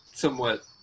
Somewhat